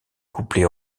couplet